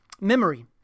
Memory